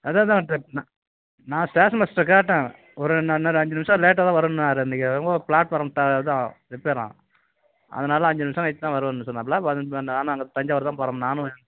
அதுதான் அதுதான் நான் நான் ஸ்டேஷன் மாஸ்டர்கிட்ட கேட்டேன் ஒரு இன்னும் இன்னும் ஒரு அஞ்சு நிமிஷம் லேட்டாகதான் வருன்னாரு இன்னைக்கு என்னமோ ப்ளாட்ஃபாரம் த இதுதான் ரிப்பேராம் அதனால அஞ்சு நிமிஷம் கழிச்சிதான் வருன்னு சொன்னாப்பில வந்தோடன்ன நானும் அங்கே தஞ்சாவூருதான் போகிறேன் நானும்